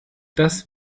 dass